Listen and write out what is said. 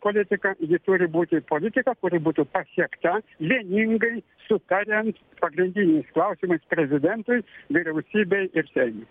politika ji turi būti politika kuri būtų pasiekta vieningai sutariant pagrindiniais klausimais prezidentui vyriausybei ir seimui